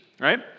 right